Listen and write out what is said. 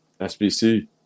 SBC